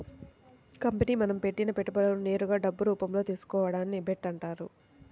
company మనం పెట్టిన పెట్టుబడులను నేరుగా డబ్బు రూపంలో తీసుకోవడాన్ని డెబ్ట్ అంటారు